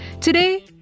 Today